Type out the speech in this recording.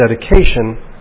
dedication